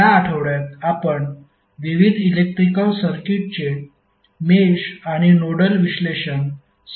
या आठवड्यात आपण विविध इलेक्ट्रिकल सर्किट्सचे मेष आणि नोडल विश्लेषण समजून घेण्याचा प्रयत्न करू